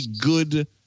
good